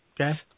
okay